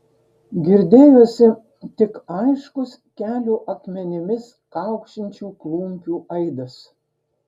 girdėjosi tik aiškus kelio akmenimis kaukšinčių klumpių aidas